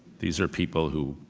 these are people, who,